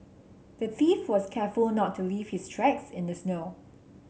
the thief was careful not to leave his tracks in the snow